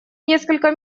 несколько